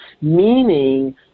meaning